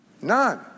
none